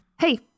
Hey